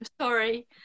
sorry